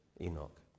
Enoch